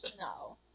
No